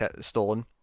stolen